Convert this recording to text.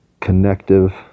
connective